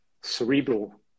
cerebral